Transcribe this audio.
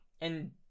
And-